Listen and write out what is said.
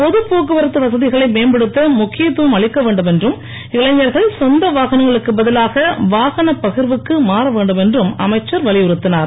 பொதுப்போக்குவரத்து வசதிகளை மேம்படுத்த முக்கியத்துவம் அளிக்க வேண்டுமென்றும் இளைஞர்கள் சொந்த வாகனங்களுக்கு பதிலாக வாகனப் பகிர்வுக்கு மாறவேண்டும் என்றும் அமைச்சர் வலியுறுத்தினார்